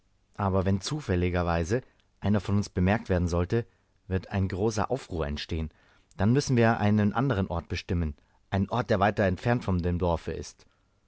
aber wenn zufälligerweise einer von uns bemerkt werden sollte wird ein großer aufruhr entstehen da müssen wir einen andern ort bestimmen einen ort der weiter entfernt von dem dorfe ist